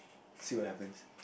still will happens